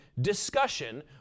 discussion